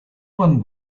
one